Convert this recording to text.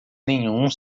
nenhum